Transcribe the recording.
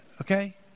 Okay